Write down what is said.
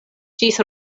ĝis